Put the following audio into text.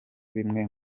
bimwe